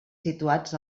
situats